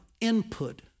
input